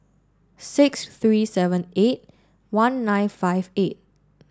six three seven eight one nine five eight